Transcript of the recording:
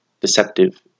deceptive